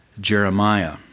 Jeremiah